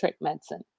medicine